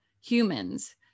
humans